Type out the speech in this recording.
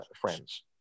friends